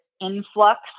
influx